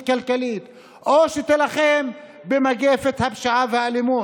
כלכלית או שתילחם במגפת הפשיעה והאלימות,